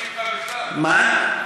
מה?